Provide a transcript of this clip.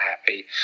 happy